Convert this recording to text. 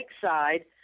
side